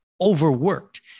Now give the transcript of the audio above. overworked